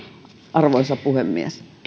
arvoisa puhemies